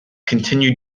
continue